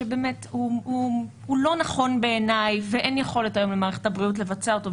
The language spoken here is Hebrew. שהוא לא נכון בעיניי ואין יכולת היום למערכת הבריאות לבצע אותו,